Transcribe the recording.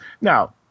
now